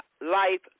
life